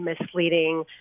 misleading